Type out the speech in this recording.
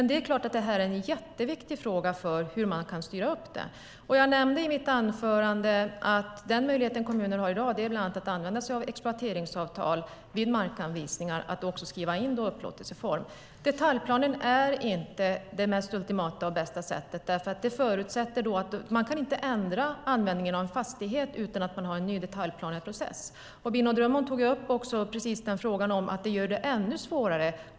Det är klart att det är en jätteviktig fråga hur man kan styra upp det. Jag nämnde i mitt anförande att en möjlighet som kommuner har i dag är att använda sig av exploateringsavtal vid markanvisningar och att då skriva in upplåtelseform. Detaljplanen är inte det mest ultimata och bästa sättet. Man kan inte ändra användningen av en fastighet utan att ha en ny detaljplaneprocess. Bino Drummond tog upp precis den frågan, att det gör det ännu svårare.